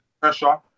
pressure